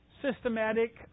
systematic